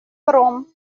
werom